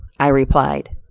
i replied.